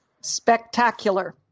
Spectacular